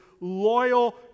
loyal